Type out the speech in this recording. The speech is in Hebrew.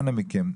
אנא מכם,